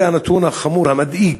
זה הנתון החמור, המדאיג.